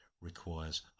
requires